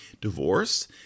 Divorce